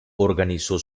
organizó